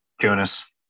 Jonas